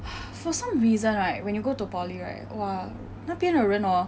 for some reason right when you go to poly right !wah! 那边的人 hor